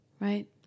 Right